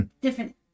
different